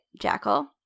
jackal